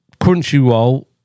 Crunchyroll